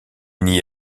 n’y